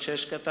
(6),